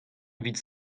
evit